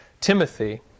Timothy